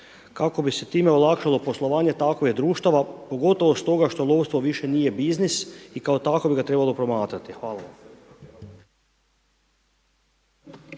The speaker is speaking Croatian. Kako bi se time olakšalo poslovanje takvih društava, pogotovo stoga što lovstvo više nije biznis i kao takvoga bi ga trebalo promatrati. Hvala.